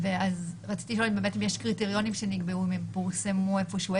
רציתי לשאול אם יש קריטריונים שנקבעו ופורסמו איפשהו?